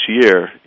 year